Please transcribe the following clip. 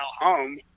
home